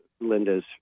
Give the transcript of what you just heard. Linda's